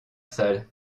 salle